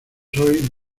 hoy